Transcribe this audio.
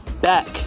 back